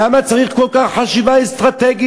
למה צריך כל כך חשיבה אסטרטגית,